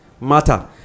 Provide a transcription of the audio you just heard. matter